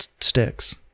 sticks